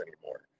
anymore